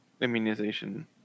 Immunization